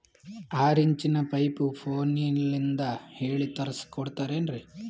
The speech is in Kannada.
ಆರಿಂಚಿನ ಪೈಪು ಫೋನಲಿಂದ ಹೇಳಿ ತರ್ಸ ಕೊಡ್ತಿರೇನ್ರಿ?